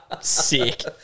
Sick